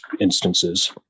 instances